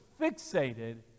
fixated